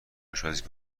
آشپزی